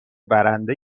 برنده